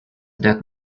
that